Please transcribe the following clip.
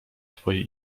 twoje